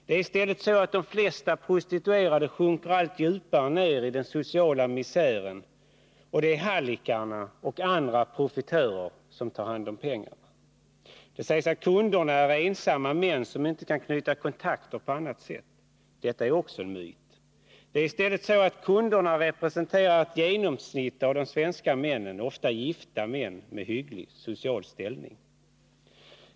Det är i stället så att de flesta prostituerade sjunker allt djupare ner i den sociala misären, och det är hallickarna och andra profitörer som tar hand om pengarna. Det sägs att kunderna är ensamma män som inte kan knyta kontakter på annat sätt. Detta är också en myt. Det är i stället så, att kunderna representerar ett genomsnitt av de svenska männen, ofta gifta män med hygglig social ställning.